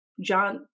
John